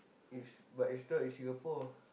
is but it's in Singapore